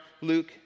Luke